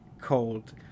cold